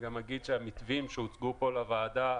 המתווים שהוצגו פה לוועדה,